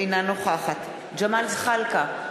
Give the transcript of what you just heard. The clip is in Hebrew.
אינה נוכחת ג'מאל זחאלקה,